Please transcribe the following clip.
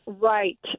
Right